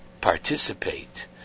participate